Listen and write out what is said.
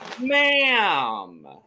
Ma'am